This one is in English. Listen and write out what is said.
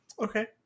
Okay